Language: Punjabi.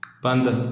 ਬੰਦ